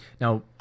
now